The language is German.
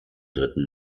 dritten